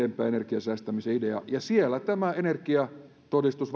energian säästämisen ideaa vanhoissa omakotitaloissa tämä energiatodistus